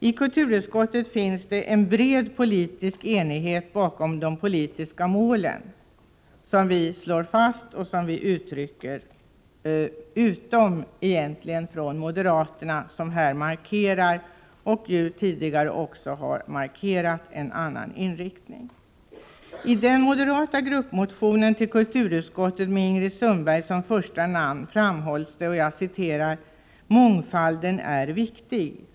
I kulturutskottet finns det en bred politisk enighet bakom de politiska mål som vi slår fast och som vi uttrycker — utom från moderaterna, som här markerar, och som också tidigare har markerat, en annan inriktning. I den moderata gruppmotionen till kulturutskottet, med Ingrid Sundberg som första namn, framhålls det att ”mångfalden är viktig.